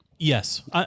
Yes